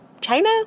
China